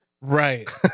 Right